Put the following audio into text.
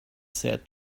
said